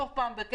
בבית,